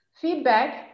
feedback